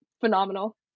phenomenal